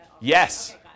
Yes